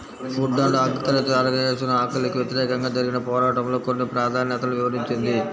food and agriculture organisation ఆకలికి వ్యతిరేకంగా జరిగిన పోరాటంలో కొన్ని ప్రాధాన్యతలను వివరించింది